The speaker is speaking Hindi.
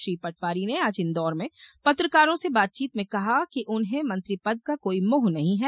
श्री पटवारी ने आज इंदौर में पत्रकारों से बातचीत में कहा उन्हें मंत्री पद का कोई मोह नहीं है